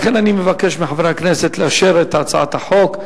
לכן אני מבקש מחברי הכנסת לאשר את הצעת החוק.